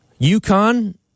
UConn